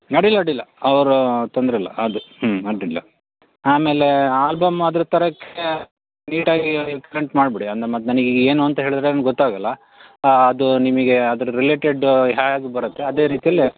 ಅಡಿಲ್ಲ ಅಡ್ಡಿಲ್ಲ ಅವರು ತೊಂದರೆ ಇಲ್ಲ ಅದು ಹ್ಞೂ ಅಡ್ಡಿಲ್ಲ ಆಮೇಲೆ ಆಲ್ಬಮ್ ಅದ್ರ ಥರಕ್ಕೆ ನೀಟಾಗಿ ಎಕ್ಸ್ಪ್ಲೇನ್ ಮಾಡಿಬಿಡಿ ಅಲ್ಲೆ ಮತ್ತೆ ನಮಗೆ ಏನು ಅಂತ ಹೇಳಿದ್ರೆ ನಮ್ಗೆ ಗೊತ್ತಾಗಲ್ಲ ಅದು ನಿಮಗೆ ಅದ್ರ ರಿಲೇಟೆಡ್ ಹ್ಯಾಗೆ ಬರುತ್ತೆ ಅದೇ ರೀತಿನೆ